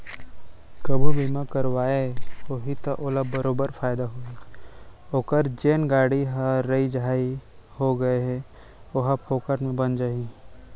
कभू बीमा करवाए होही त ओला बरोबर फायदा होही ओकर जेन गाड़ी ह राइ छाई हो गए हे ओहर फोकट म बन जाही